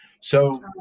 So-